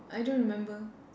I don't remember